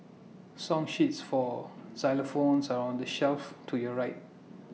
song sheets for xylophones are on the shelf to your right